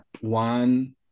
One